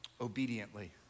obediently